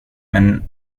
men